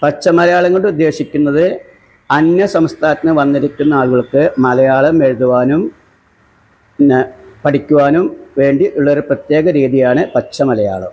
പച്ച മലയാളം കൊണ്ടുദ്ദേശിക്കുന്നത് അന്യ സംസ്ഥാനത്തു നിന്നു വന്നിരിക്കുന്ന ആളുകൾക്ക് മലയാളം എഴുതുവാനും പിന്നെ പഠിക്കുവാനും വേണ്ടി ഉള്ളൊരു പ്രത്യേക രീതിയാണ് പച്ച മലയാളം